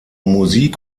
musik